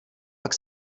pak